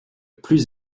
plus